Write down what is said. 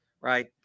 Right